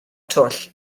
twll